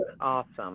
awesome